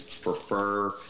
prefer